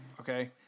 Okay